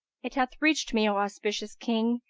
it hath reached me, o auspicious king,